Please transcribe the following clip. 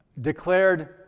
declared